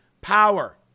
power